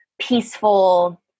peaceful